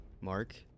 Mark